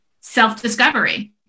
self-discovery